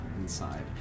inside